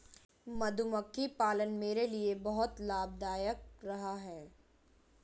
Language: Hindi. मधुमक्खी पालन मेरे लिए बहुत लाभदायक रहा है